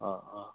অঁ অঁ